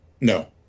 No